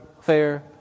fair